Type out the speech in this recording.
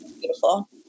beautiful